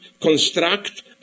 construct